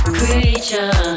creature